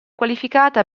qualificata